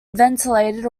ventilated